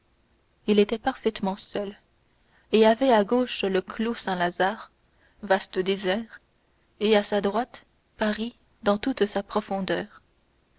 il était parfaitement seul et avait à gauche le clos saint-lazare vaste désert et à sa droite paris dans toute sa profondeur